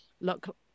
look